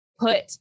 put